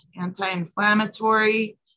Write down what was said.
anti-inflammatory